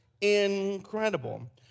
Incredible